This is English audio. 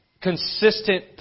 consistent